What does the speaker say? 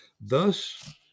Thus